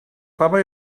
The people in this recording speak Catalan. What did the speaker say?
fama